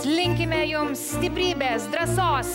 linkime jums stiprybės drąsos